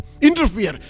Interfere